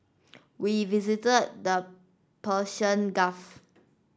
we visited the Persian Gulf